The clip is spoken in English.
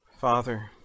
Father